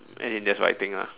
as in that's what I think lah